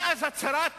מאז הצהרת